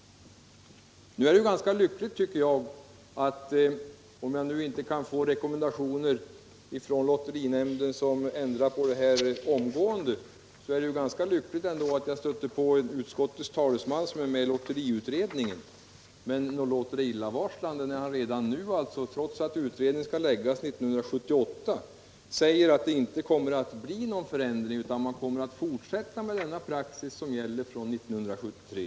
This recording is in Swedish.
Om jag nu inte kan få till stånd rekommendationer från lotterinämnden som omgående ändrar på detta, så är det ändå ganska lyckligt att utskottets talesman är med i lotteriutredningen. Men nog låter det illavarslande att han redan nu — trots att utredningens förslag skall framläggas 1978 — säger att det inte kommer att bli någon förändring, utan man kommer att fortsätta med den praxis som gäller sedan 1973.